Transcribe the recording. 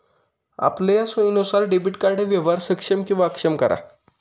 आपलया सोयीनुसार debit card व्यवहार सक्षम किंवा अक्षम करा